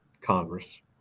Congress